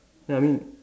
ya I mean